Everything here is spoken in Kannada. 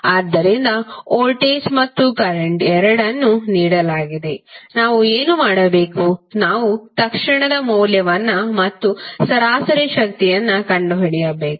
ಆದ್ದರಿಂದ ವೋಲ್ಟೇಜ್ ಮತ್ತು ಕರೆಂಟ್ ಎರಡನ್ನೂ ನೀಡಲಾಗಿದೆ ನಾವು ಏನು ಮಾಡಬೇಕು ನಾವು ತಕ್ಷಣದ ಮೌಲ್ಯವನ್ನು ಮತ್ತು ಸರಾಸರಿ ಶಕ್ತಿಯನ್ನು ಕಂಡುಹಿಡಿಯಬೇಕು